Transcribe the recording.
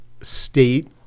state